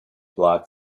block